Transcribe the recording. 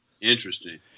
Interesting